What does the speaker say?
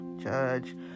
Judge